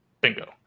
Bingo